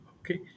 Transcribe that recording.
okay